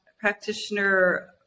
practitioner